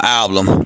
album